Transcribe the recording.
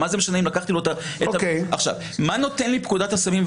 מה שנותנת לי פקודת הסמים,